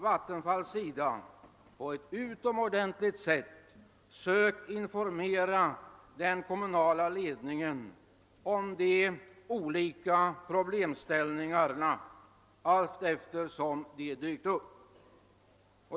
Vattenfall har på ett utomordentligt sätt sökt informera den kommunala ledningen om olika problemställningar allteftersom de dykt upp.